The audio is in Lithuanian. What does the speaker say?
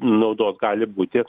naudos gali būti